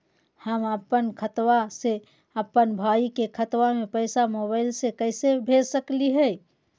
हम अपन खाता से अपन भाई के खतवा में पैसा मोबाईल से कैसे भेज सकली हई?